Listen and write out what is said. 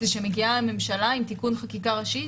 שמגיעה הממשלה עם תיקון חקיקה ראשי,